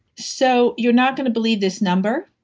so, you're not gonna believe this number,